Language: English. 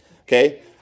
okay